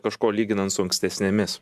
kažko lyginant su ankstesnėmis